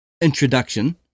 introduction